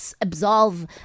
absolve